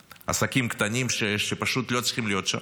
ועסקים קטנים שפשוט לא צריכים להיות שם,